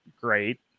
great